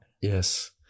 yes